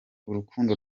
urukundo